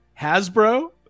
Hasbro